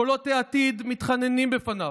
קולות העתיד מתחננים בפניו: